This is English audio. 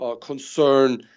concern